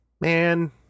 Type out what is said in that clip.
man